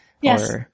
Yes